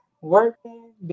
working